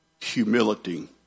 humility